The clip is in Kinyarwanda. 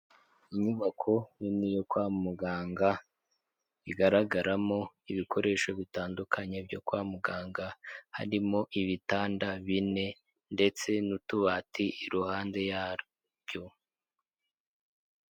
Inyubako nini yo kwa muganga igaragaramo ibikoresho bitandukanye byo kwa muganga, harimo ibitanda bine ndetse n'utubati iruhande yabyo.